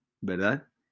¿verdad